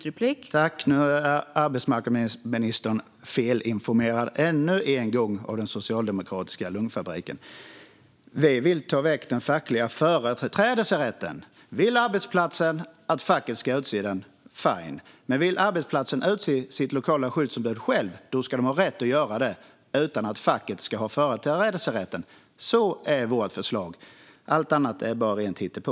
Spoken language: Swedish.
Fru talman! Nu hör jag ännu en gång att arbetsmarknadsministern är felinformerad av den socialdemokratiska lögnfabriken. Vi vill ta väck den fackliga företrädesrätten . Vill arbetsplatsen att facket ska utse skyddsombudet - fine! Vill man på arbetsplatsen utse sitt lokala skyddsombud själv ska man ha rätt att göra det; facket ska inte ha företrädesrätt. Det är vårt förslag. Allt annat är bara rent hittepå.